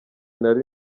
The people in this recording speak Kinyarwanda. nari